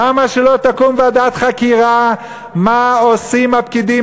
למה לא תקום ועדת חקירה מה עושים הפקידים,